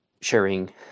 sharing